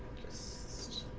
just